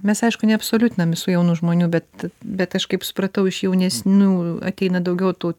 mes aišku neabsoliutinam visų jaunų žmonių bet bet aš kaip supratau iš jaunesnių ateina daugiau tų